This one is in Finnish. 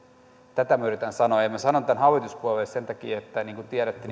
tätä minä yritän sanoa ja minä sanon tämän hallituspuolueille sen takia että niin kuin tiedätte